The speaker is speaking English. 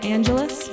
Angeles